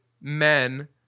men